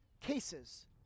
cases